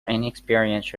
inexperience